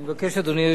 אדוני היושב-ראש,